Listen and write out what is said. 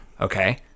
Okay